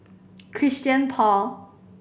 Christian Paul